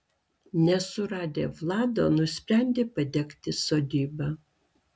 nesuradę vlado nusprendė padegti sodybą